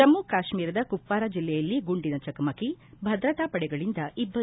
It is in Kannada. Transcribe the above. ಜಮ್ಮು ಕಾಶ್ಮೀರದ ಕುಪ್ಲಾರಾ ಜಿಲ್ಲೆಯಲ್ಲಿ ಗುಂಡಿನ ಚಕಮಕಿ ಭದ್ರತಾ ಪಡೆಗಳಿಂದ ಇಬ್ಬರು